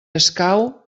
escau